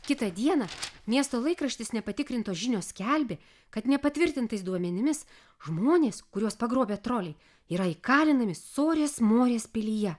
kitą dieną miesto laikraštis nepatikrintos žinios skelbė kad nepatvirtintais duomenimis žmonės kuriuos pagrobė troliai yra įkalinami sorės morės pilyje